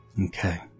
Okay